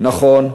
נכון,